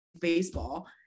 baseball